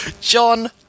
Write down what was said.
John